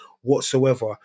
whatsoever